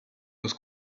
was